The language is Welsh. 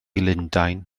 lundain